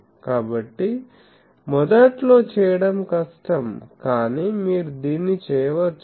కాబట్టి మొదట్లో చేయడం కష్టం కానీ మీరు దీన్ని చెయ్యవచ్చు